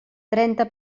trenta